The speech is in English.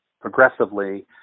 progressively